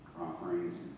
offerings